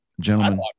gentlemen